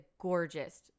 gorgeous